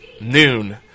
noon